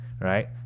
right